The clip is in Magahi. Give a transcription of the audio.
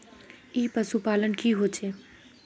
ई पशुपालन की होचे?